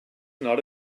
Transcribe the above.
not